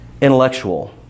intellectual